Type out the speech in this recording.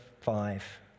five